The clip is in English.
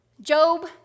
Job